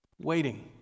Waiting